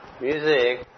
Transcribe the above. Music